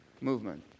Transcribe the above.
movement